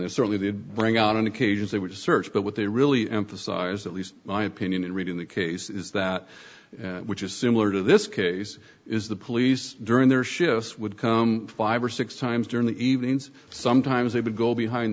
they certainly did bring out on occasions they would search but what they really emphasize that least my opinion in reading the case is that which is similar to this case is the police during their shifts would come five or six times during the evenings sometimes they would go behind